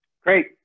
Great